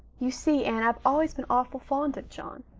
you see, anne, i've always been awful fond of john.